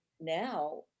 now